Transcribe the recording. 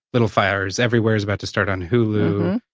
little fires everywhere is about to start on hulu.